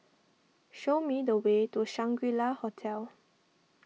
show me the way to Shangri La Hotel